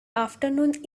afternoon